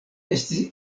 estis